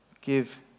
give